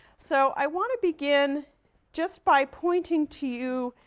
so, i want to begin just by pointing to you,